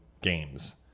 games